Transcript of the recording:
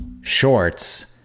shorts